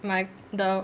my the